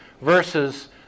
versus